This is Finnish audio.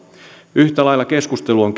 yhtä lailla keskustelua on